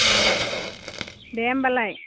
अ दे होमबालाय